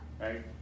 Right